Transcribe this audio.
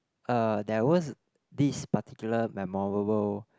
uh there was this particular memorable